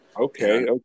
Okay